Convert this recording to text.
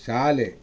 ಶಾಲೆ